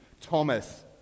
Thomas